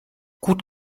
gut